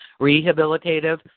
rehabilitative